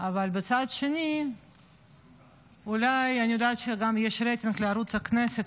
אבל מצד שני אני גם יודעת שיש רייטינג לערוץ הכנסת,